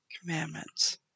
commandments